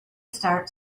start